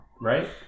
right